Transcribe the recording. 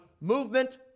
movement